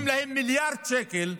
ומבטיחים להם מיליארד שקל,